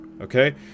okay